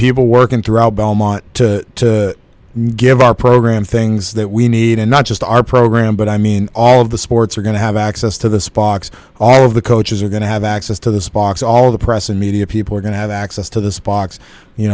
people working throughout belmont to give our program things that we need and not just our program but i mean all of the sports are going to have access to the sparks all of the coaches are going to have access to this box all the press and media people are going to have access to this box you